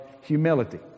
humility